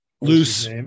Loose